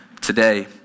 today